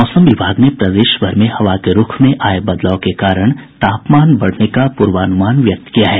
मौसम विभाग ने प्रदेशभर में हवा के रूख में आये बदलाव के कारण तापमान बढ़ने का पूर्वानुमान व्यक्त किया है